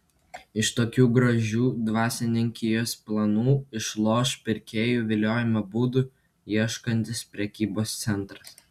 iš tokių gražių dvasininkijos planų išloš pirkėjų viliojimo būdų ieškantis prekybos centras